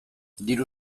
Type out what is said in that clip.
diru